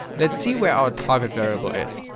let's see where our target variable is.